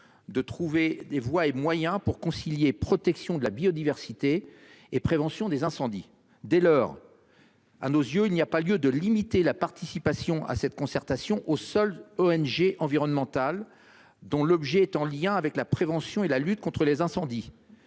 de trouver les voies et moyens pour concilier protection de la biodiversité et prévention des incendies. Dès lors, il n'y a pas lieu de limiter la participation à cette concertation aux seules ONG environnementales dont l'objet est en lien avec la prévention et la lutte contre les incendies.